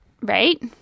right